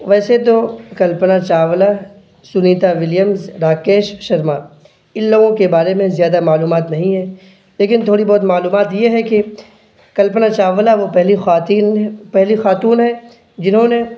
ویسے تو کلپنا چاولہ سنیتا ولیمز راکیش شرما ان لوگوں کے بارے میں زیادہ معلومات نہیں ہیں لیکن تھوڑی بہت معلومات یہ ہے کہ کلپنا چاولہ وہ پہلی خواتین پہلی خاتون ہیں جنہوں نے